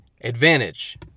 advantage